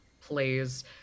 plays